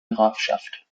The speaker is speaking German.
grafschaft